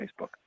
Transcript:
Facebook